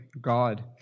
God